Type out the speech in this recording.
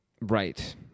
right